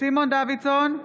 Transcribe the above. סימון דוידסון,